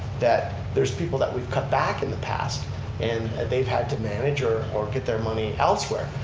that there's people that we've cut back in the past and they've had to manage or or get their money elsewhere.